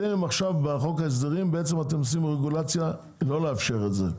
אתם עכשיו בחוק ההסדרים עושים רגולציה לא לאפשר את זה,